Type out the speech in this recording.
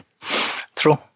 True